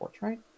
right